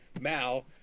Mal